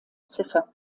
ziffern